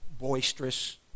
boisterous